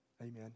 Amen